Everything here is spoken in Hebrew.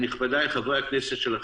נכבדיי חברי הכנסת,